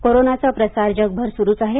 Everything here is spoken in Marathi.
कोरोनाचा प्रसार जगभर सुरुच आहे